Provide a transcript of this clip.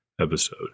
episode